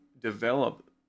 develop